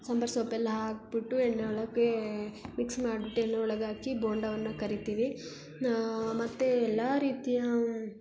ಸಾಂಬಾರು ಸೊಪ್ಪೆಲ್ಲ ಹಾಕಿಬಿಟ್ಟು ಎಣ್ಣೆ ಒಳಗೆ ಮಿಕ್ಸ್ ಮಾಡ್ಬಿಟ್ಟು ಎಣ್ಣೆ ಒಳಗೆ ಹಾಕಿ ಬೋಂಡವನ್ನು ಕರಿತೀವಿ ಮತ್ತು ಎಲ್ಲ ರೀತಿಯ